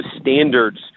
standards